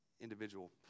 individual